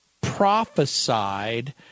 prophesied